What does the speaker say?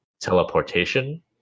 teleportation